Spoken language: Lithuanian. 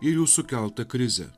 ir jų sukeltą krizę